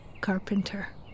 Carpenter